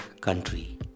country